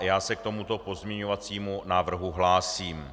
Já se k tomuto pozměňovacímu návrhu hlásím.